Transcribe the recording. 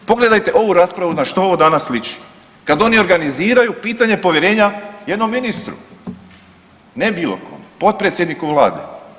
Pogledajte ovu raspravu na što ovo danas liči kad oni organiziraju pitanje povjerenja jednom ministru, ne bilo kome, potpredsjedniku vlade.